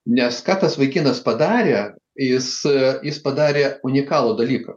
nes ką tas vaikinas padarė jis jis padarė unikalų dalyką